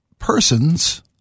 persons